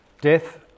death